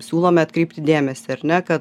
siūlome atkreipti dėmesį ar ne kad